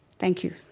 thank you.